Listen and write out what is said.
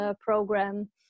program